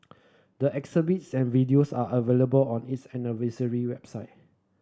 the exhibits and videos are available on its anniversary website